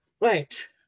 Right